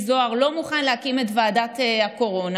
זוהר לא מוכן להקים את ועדת הקורונה,